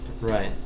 Right